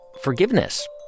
forgiveness